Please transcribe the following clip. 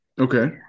Okay